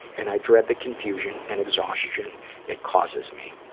and i dread the confusion and exhaustion it causes me.